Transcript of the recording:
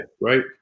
right